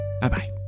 Bye-bye